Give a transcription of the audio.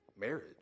marriage